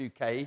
UK